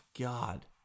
God